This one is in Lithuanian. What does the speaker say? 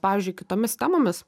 pavyzdžiui kitomis temomis